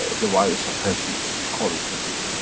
the virus of herpes. we call it herpes.